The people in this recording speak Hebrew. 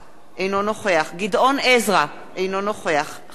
אינו נוכח גדעון עזרא, אינו נוכח חמד עמאר,